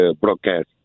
broadcast